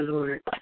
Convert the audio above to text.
Lord